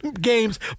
games